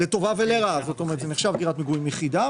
לטוב ולרע; זה נחשב לדירת מגורים יחידה,